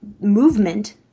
movement